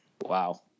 Wow